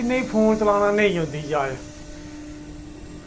इनेंगी फोन चलाना नेईं औंदी जाच